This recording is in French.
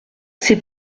c’est